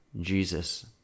Jesus